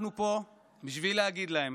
אנחנו פה בשביל להגיד להם: